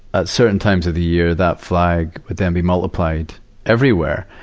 at certain times of the year, that flag would then be multiplied everywhere.